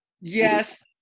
Yes